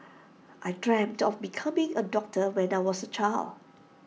I dreamt of becoming A doctor when I was A child